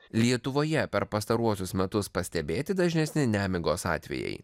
lietuvoje per pastaruosius metus pastebėti dažnesni nemigos atvejai